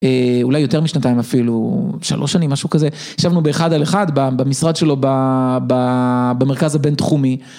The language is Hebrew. אולי יותר משנתיים אפילו, שלוש שנים, משהו כזה, ישבנו באחד על אחד במשרד שלו במרכז הבינתחומי.